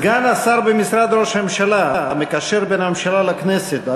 סגן השר במשרד ראש הממשלה המקשר בין הממשלה לכנסת,